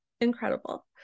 Incredible